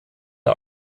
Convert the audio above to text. der